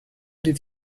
did